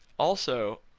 also,